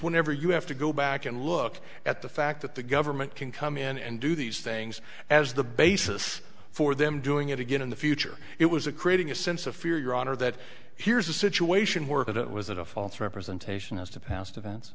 whenever you have to go back and look at the fact that the government can come in and do these things as the basis for them doing it again in the future it was a creating a sense of fear your honor that here's a situation where that it was a false representation as to past events